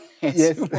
Yes